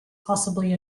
possibly